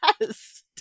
Yes